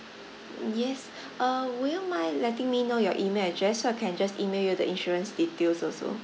yes uh would you mind letting me know your email address so I can just email you the insurance details also